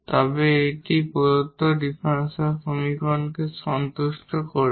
তবে এটি প্রদত্ত ডিফারেনশিয়াল সমীকরণকে সন্তুষ্ট করবে